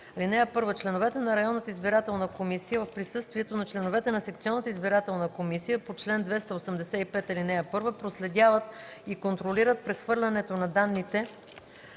„(1) Членовете на районната избирателна комисия в присъствието на членовете на секционната избирателна комисия по чл. 285, ал. 1 проследяват и контролират прехвърлянето на данните